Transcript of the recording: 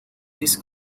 this